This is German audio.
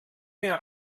mir